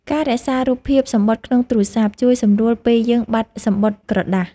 ការរក្សារូបភាពសំបុត្រក្នុងទូរស័ព្ទ ជួយសម្រួលពេលយើងបាត់សំបុត្រក្រដាស។